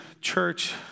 church